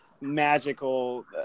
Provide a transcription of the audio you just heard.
magical